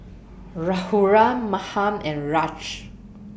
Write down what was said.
Raghuram Mahan and Raj